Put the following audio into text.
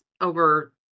over